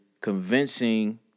convincing